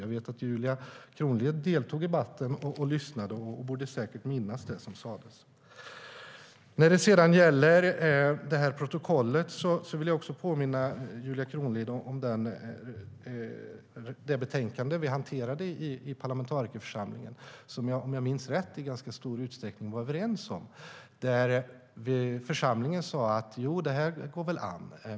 Jag vet att Julia Kronlid deltog i debatten och lyssnade på den, och hon borde säkert minnas det som sas. När det gäller protokollet vill jag påminna Julia Kronlid om det betänkande vi hanterade i parlamentarikerförsamlingen. Om jag minns rätt var vi i ganska stor utsträckning överens om det. Församlingen sa: Jo, det här går väl an.